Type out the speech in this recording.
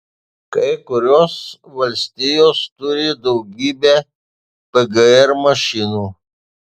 kai kurios valstijos turi daugybę pgr mašinų